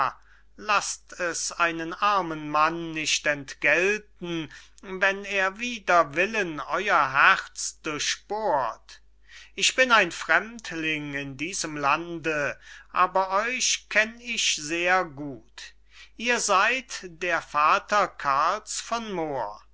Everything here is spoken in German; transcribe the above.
laßt es einen armen mann nicht entgelten wenn er wider willen euer herz durchbohrt ich bin ein fremdling in diesem lande aber euch kenn ich sehr gut ihr seyd der vater karls von moor